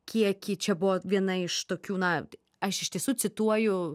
kiekį čia buvo viena iš tokių na aš iš tiesų cituoju